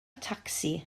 tacsi